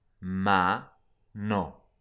Ma-no